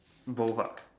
both ah